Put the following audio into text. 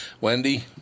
Wendy